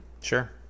Sure